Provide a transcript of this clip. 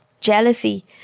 jealousy